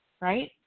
right